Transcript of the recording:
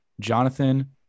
Jonathan